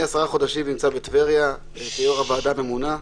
עשרה חודשים אני נמצא בטבריה כיושב-ראש הוועדה הממונה.